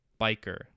biker